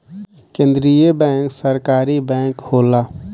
केंद्रीय बैंक सरकारी बैंक होला